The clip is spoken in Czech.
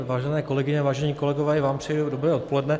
Vážené kolegyně, vážení kolegové, i vám přeji dobré odpoledne.